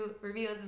review